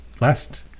last